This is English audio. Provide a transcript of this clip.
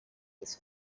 his